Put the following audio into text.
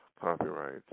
copyright